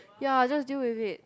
ya just deal with it